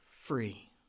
free